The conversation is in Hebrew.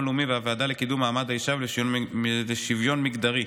לאומי והוועדה לקידום מעמד האישה ולשוויון מגדרי.